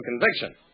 conviction